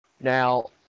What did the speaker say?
Now